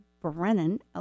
Brennan